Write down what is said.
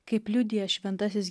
kaip liudija šventasis